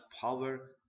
power